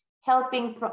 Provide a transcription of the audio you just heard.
helping